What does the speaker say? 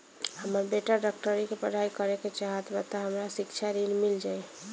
हमर बेटा डाक्टरी के पढ़ाई करेके चाहत बा त हमरा शिक्षा ऋण मिल जाई?